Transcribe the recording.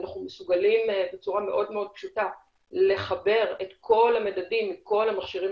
ואנחנו מסוגלים בצורה מאוד פשוטה לחבר את כל המדדים מכל המכשירים